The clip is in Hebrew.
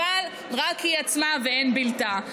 אבל רק היא עצמה ואין בלתה.